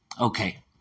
Okay